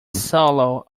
solo